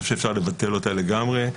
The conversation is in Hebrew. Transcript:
חושב שאפשר לבטל אותה לגמרי.